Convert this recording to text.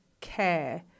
care